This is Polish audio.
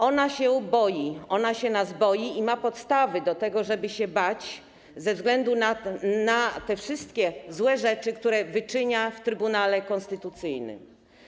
Ona się boi, ona się nas boi i ma podstawy do tego, żeby się bać, ze względu na te wszystkie złe rzeczy, które wyczynia w Trybunale Konstytucyjnym.